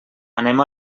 anem